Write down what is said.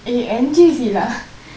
eh N_J_C lah